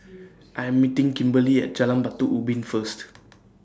I'm meeting Kimberley At Jalan Batu Ubin First